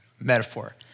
metaphor